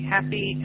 Happy